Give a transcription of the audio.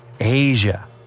Asia